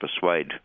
persuade